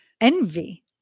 envy